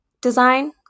design